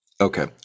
Okay